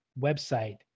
website